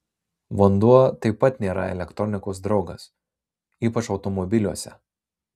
vanduo taip pat nėra elektronikos draugas ypač automobiliuose